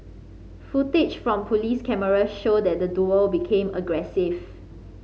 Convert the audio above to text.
footage from police cameras showed that the duo became aggressive